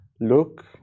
look